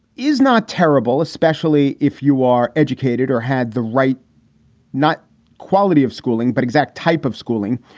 is not terrible, especially if you are educated or had the right not quality of schooling, but exact type of schooling.